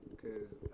Cause